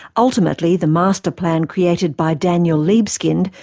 ultimately the master plan created by daniel libeskind,